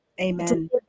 Amen